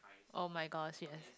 [oh]-my-god yes